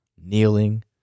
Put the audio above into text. kneeling